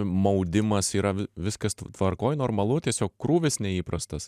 maudimas yra vi viskas tvarkoj normalu tiesiog krūvis neįprastas